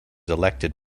elected